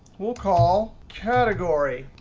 we'll call category.